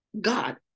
God